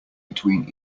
between